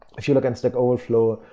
if you look at stackoverflow,